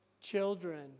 Children